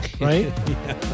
right